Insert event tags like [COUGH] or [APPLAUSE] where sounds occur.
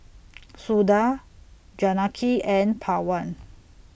[NOISE] Suda Janaki and Pawan